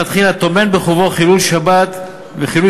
מלכתחילה הוא טומן בחובו חילול שבת וחילול